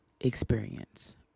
experience